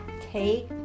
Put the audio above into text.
Take